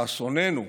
לאסוננו,